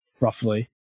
roughly